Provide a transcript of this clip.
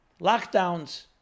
lockdowns